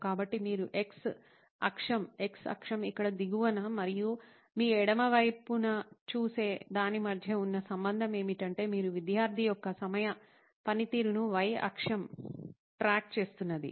కాబట్టి మీరు x అక్షం x అక్షం ఇక్కడ దిగువన మరియు మీ ఎడమ వైపున చూసే దాని మధ్య ఉన్న సంబంధం ఏమిటంటే మీరు విద్యార్థి యొక్క సమయ పనితీరును y అక్షం ట్రాక్ చేస్తున్నది